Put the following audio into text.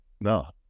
No